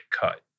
cut